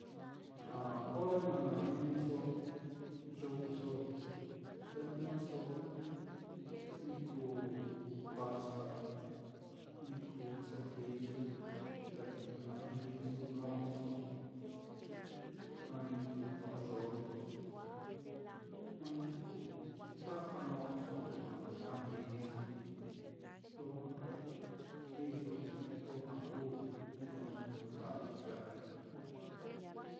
A ore na najiniso te jnɨso ni kuu pasta, ni kuu cepiyu, te lujua na jiniso no'oso, jna ni kuu no'o yojloso, jna ni kuu taka no'oso lujua na jiniso, lujua iyo lujua kuu ñuu nda'vi ya á.